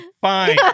fine